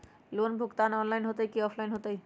Loan भुगतान online होतई कि ऑफलाइन होतई?